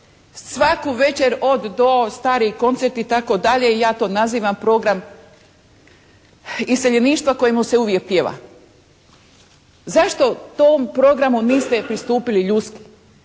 Svaku večer od do stari koncerti i tako dalje, ja to nazivam program iseljeništva kojemu se uvijek pjeva. Zašto tom programu niste pristupili ljudski?